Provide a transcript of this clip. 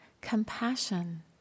compassion